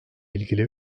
ilgili